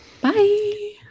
Bye